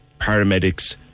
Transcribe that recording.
paramedics